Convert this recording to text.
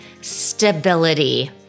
stability